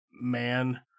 man